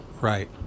right